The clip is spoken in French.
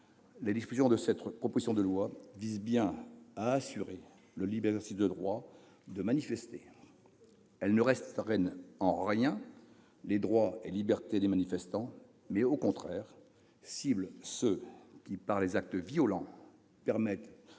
figurant dans cette proposition de loi visent bien à assurer le libre exercice du droit de manifester. Elles ne restreignent en rien les droits et libertés des manifestants, mais, au contraire, elles ciblent ceux qui, par leurs actes violents, prennent